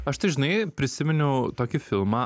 aš tai žinai prisimeniau tokį filmą